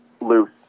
loose